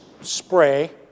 spray